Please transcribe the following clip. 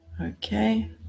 Okay